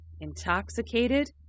intoxicated